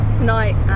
tonight